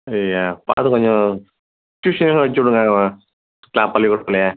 ஐயய்ய பார்த்து கொஞ்சம் டியூஷன் வச்சி விடுங்க இவனை பள்ளிக் கூட்டத்துல